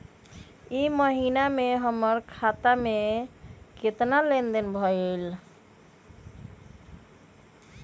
ई महीना में हमर खाता से केतना लेनदेन भेलइ?